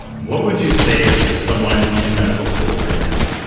what would you say to someone in medical school right now?